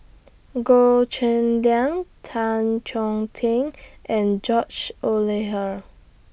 Goh Cheng Liang Tan Chong Tee and George